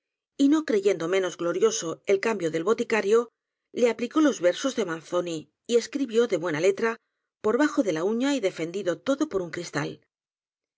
y no creyendo menos glorioso el cambio del boticario le aplicó los versos de manzoni y escri bió de buena letra por bajo de la uña y defendido todo por un cristal